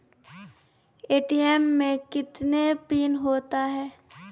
ATM मे कितने pin होता हैं?